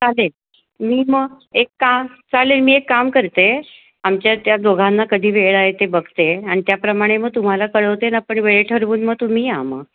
चालेल मी मग एक काम चालेल मी एक काम करते आमच्या त्या दोघांना कधी वेळ आहे ते बघते आणि त्याप्रमाणे मग तुम्हाला कळवते मग आपण वेळ ठरवून मग तुम्ही या मग